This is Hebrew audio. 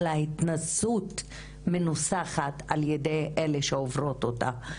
על ההתנסות מנוסחת על ידי אלה שעוברות אותה.